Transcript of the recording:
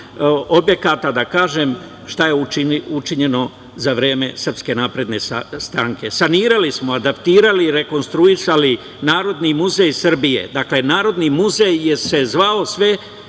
objekata da kažem šta je učinjeno za vreme SNS. Sanirali smo, adaptirali rekonstruisali Narodni muzej Srbije. Dakle, Narodni muzej se zvao sve